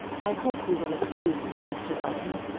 i hope you will excuse me, mr. belton,